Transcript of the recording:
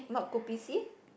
not kopi C